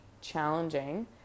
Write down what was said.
challenging